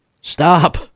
stop